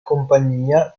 compagnia